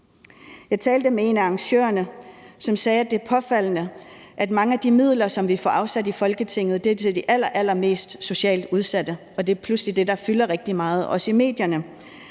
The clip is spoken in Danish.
Jeg talte med en af arrangørerne, som sagde: Det er påfaldende, at mange af de midler, som vi får afsat i Folketinget, går til de allerallermest socialt udsatte, og det er pludselig det, der fylder rigtig meget, også i medierne.